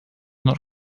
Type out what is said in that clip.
not